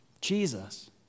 Jesus